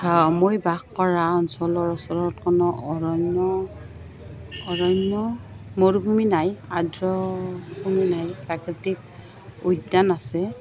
মই বাস কৰা অঞ্চলৰ ওচৰত কোনো অৰণ্য অৰণ্য মৰুভূমি নাই আদ্ৰভূমি নাই প্ৰাকৃতিক উদ্যান আছে